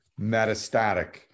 metastatic